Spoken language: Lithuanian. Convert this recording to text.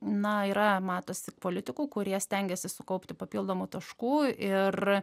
na yra matosi politikų kurie stengiasi sukaupti papildomų taškų ir